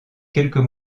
quelques